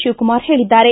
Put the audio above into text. ಶಿವಕುಮಾರ್ ಹೇಳಿದ್ದಾರೆ